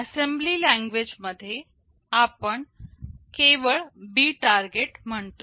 assembly language मध्ये आपण केवळ B टारगेट म्हणतो